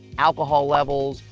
alcohol levels,